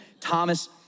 Thomas